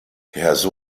has